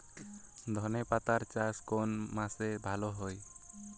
ধনেপাতার চাষ কোন মাসে ভালো হয়?